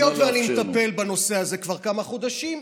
היות שאני מטפל בנושא הזה כבר כמה חודשים,